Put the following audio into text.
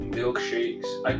milkshakes